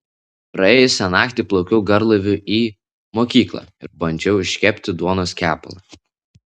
praėjusią naktį plaukiau garlaiviu į mokyklą ir bandžiau iškepti duonos kepalą